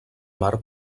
mar